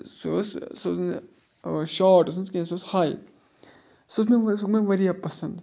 سُہ اوس سُہ اوس نہٕ شاٹ اوس نہٕ کینٛہہ سُہ اوس ہاے سُہ اوس مےٚ سُہ مےٚ واریاہ پَسنٛد